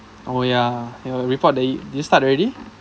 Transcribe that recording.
oh ya you got the report al~ you start already